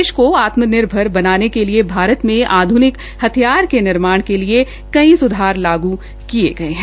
देश को आत्मनिर्भर बनाने के लिए भारत में आध्निक हथियार के निर्माण कई सुधार लागू किये गये है